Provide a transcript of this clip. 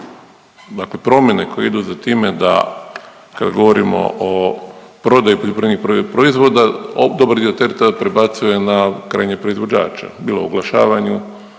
dakle promjene koje idu za time da kad govorimo o prodaji poljoprivrednih proizvoda dobar dio teritorija prebacuje na krajnjeg proizvođača bilo u oglašavanju,